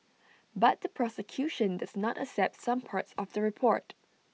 but the prosecution does not accept some parts of the report